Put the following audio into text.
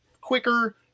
quicker